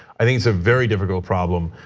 i think it's a very difficult problem.